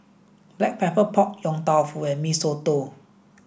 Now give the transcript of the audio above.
Black Pepper Pork Yong Tau Foo and Mee Soto